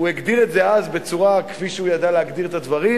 הוא הגדיר את זה אז בצורה כפי שהוא ידע להגדיר את הדברים: